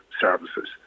services